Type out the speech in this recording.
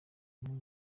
bamwe